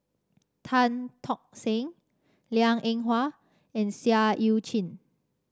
Tan Tock San Liang Eng Hwa and Seah Eu Chin